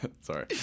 sorry